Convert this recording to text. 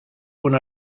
una